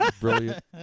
brilliant